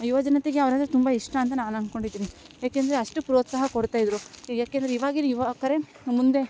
ಯುವಜನತೆಗೆ ಅವ್ರು ಅಂದರೆ ತುಂಬ ಇಷ್ಟ ಅಂತ ನಾನು ಅನ್ಕೊಂಡಿದ್ದೀನಿ ಏಕೆಂದರೆ ಅಷ್ಟು ಪ್ರೋತ್ಸಾಹ ಕೊಡ್ತಾಯಿದ್ದರು ಏಕೆಂದರೆ ಇವಾಗಿನ ಯುವಕರೇ ಮುಂದೆ